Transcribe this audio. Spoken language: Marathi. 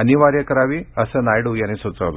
अनिवार्य करावी असं नायडू यांनी सुचवलं